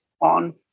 on